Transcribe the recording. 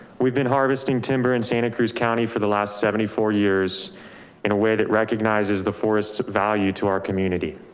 we've been harvesting timber in santa cruz county for the last seventy four years in a way that recognizes the forest value to our community.